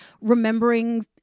remembering